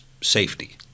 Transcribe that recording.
safety